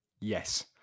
yes